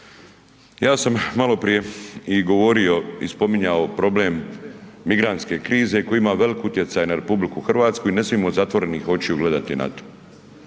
Ja sam maloprije i govorio i spominjao problem migrantske krize koji veliki utjecaj na RH i ne smijemo zatvorenih očiju gledati na